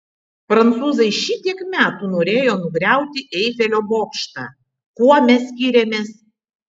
prancūzai šitiek metų norėjo nugriauti eifelio bokštą kuo mes skiriamės